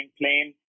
plane